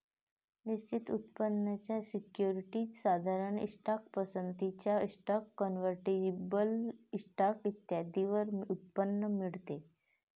निश्चित उत्पन्नाच्या सिक्युरिटीज, साधारण स्टॉक, पसंतीचा स्टॉक, कन्व्हर्टिबल स्टॉक इत्यादींवर उत्पन्न मिळते